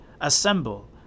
Assemble